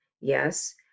yes